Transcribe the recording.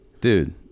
Dude